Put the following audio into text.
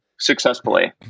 successfully